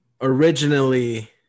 Originally